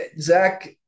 Zach